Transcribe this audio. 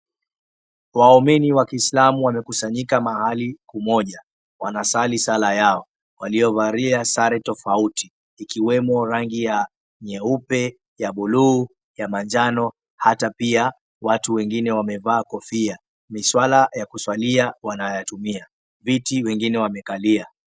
Waumini wa kislamu wamekusanyika mahali kumoja wanasali sala yao, waliyovalia sare tofauti ikiwemo rangi ya nyeupe, ya bluu, ya manjano ata pia watu wengine wamevaa kofia, miswala ya kuswalia wanayatumia, viti wengine wamekalia.